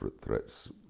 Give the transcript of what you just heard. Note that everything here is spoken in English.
threats